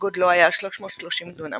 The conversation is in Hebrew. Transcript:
וגודלו היה 330 דונם,